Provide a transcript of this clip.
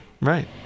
Right